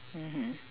mmhmm